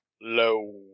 low